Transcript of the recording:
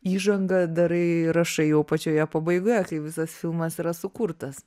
įžanga darai rašai jau pačioje pabaigoje kai visas filmas yra sukurtas